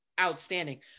outstanding